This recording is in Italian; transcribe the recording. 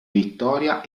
vittoria